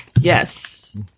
Yes